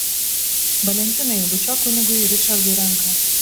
valentinai bučiuok kunigui ričardui ranką